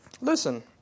Listen